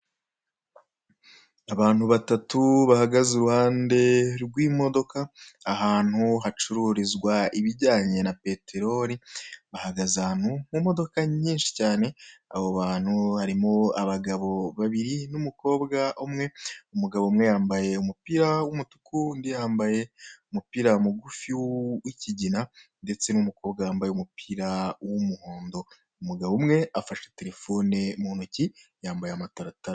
Abantu batatu bahagaze i ruhande rw'imodoka ahantu hacururizwa ibijyanye na peteroli bahagaze ahantu mu modoka nyinshi cyane, abo bantu harimo abagabo babiri n'umukobwa umwe umugabo umwe yambaye umupira w'umutuku undi yambaye umupira mugufi w'ikigina ndetse n'umukobwa wambaye umupira w'umuhondo, umugabo umwe afashe terefone mu ntoki yambaye amataratara.